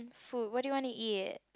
food what do you want to eat eh